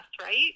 right